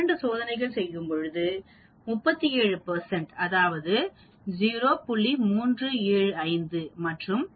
இரண்டு சோதனைகள் செய்யும்பொழுது 37 அதாவ து0